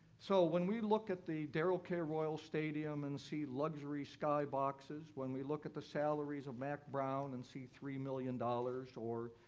so when we look at the darrell k. royal stadium and see luxury skyboxes, when we look at the salaries of mack brown and see three million dollars, or